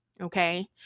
okay